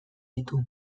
ditu